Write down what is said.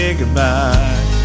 goodbye